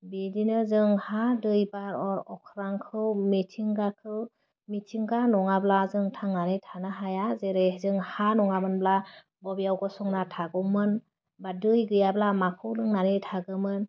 बिदिनो जों हा दै बार अर अख्रांखौ मिथिंगाखौ मिथिंगा नङाब्ला जों थांनानै थानो हाया जेरै जों हा नङामोनब्ला बबेयाव गसंना थागौमोन बा दै गैयाब्ला माखौ लोंनानै थागौमोन